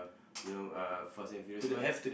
you know uh fast and furious five